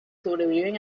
sobreviven